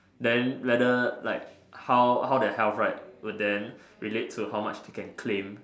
then whether like how how their health right would then relate to how much they can claim